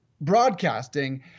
broadcasting